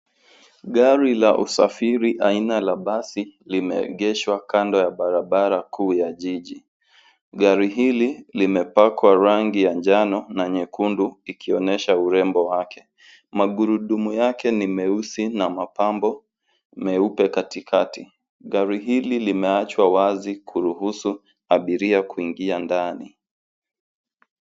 Gari la usafiri aina la basi limeegeshwa kando ya barabara kuu ya jiji. Gari hili limepakwa rangi ya njano na nyekundu ikionyesha urembo wake. Magurudumu yake ni meusi na mapambo meupe katikati. Gari hili limeachwa wazi kuruhusu abiria kuingia ndani.